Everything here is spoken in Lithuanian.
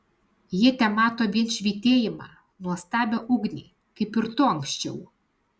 jie temato vien švytėjimą nuostabią ugnį kaip ir tu anksčiau